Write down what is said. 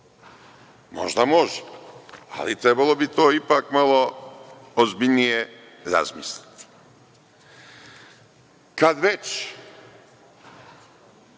Možda može, ali trebalo bi to ipak malo ozbiljnije razmisliti. Kad već